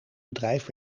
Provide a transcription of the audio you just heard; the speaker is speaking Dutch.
bedrijf